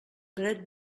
dret